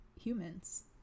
humans